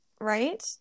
Right